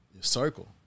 circle